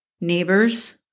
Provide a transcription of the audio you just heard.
Neighbors